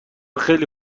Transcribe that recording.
خیلی